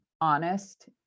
honest